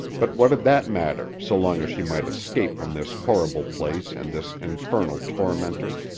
but what did that matter so long as she might escape from this horrible place and this infernal tormentor?